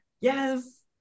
Yes